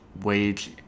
wage